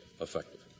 effective